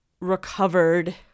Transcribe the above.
recovered